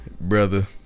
brother